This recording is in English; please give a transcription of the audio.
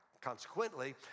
Consequently